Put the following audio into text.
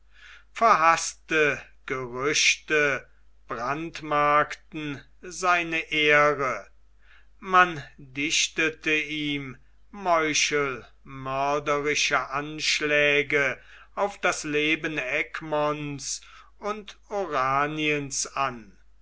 verhaßte gerüchte brandmarkten seine ehre man dichtete ihm meuchelmörderische anschläge auf das leben egmonts und oraniens an